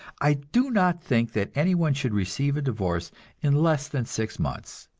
i do not think that anyone should receive a divorce in less than six months,